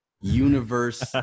universe